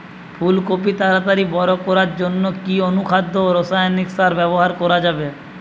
ফুল কপি তাড়াতাড়ি বড় করার জন্য কি অনুখাদ্য ও রাসায়নিক সার ব্যবহার করা যাবে?